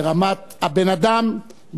ברמת הבן-אדם,